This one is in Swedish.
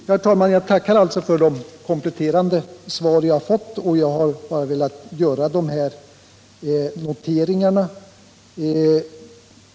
Herr talman! Jag tackar alltså för de kompletterande svar som jag har fått.